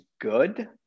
good